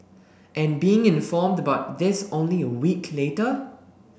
and being informed about this only a week later